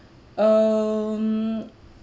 um